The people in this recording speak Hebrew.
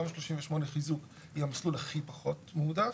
תמ"א 38 חיזוק היא המסלול הכי פחות מועדף.